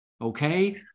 okay